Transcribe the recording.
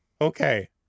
Okay